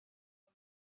ali